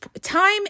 time